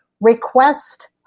request